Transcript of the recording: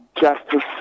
justice